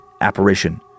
apparition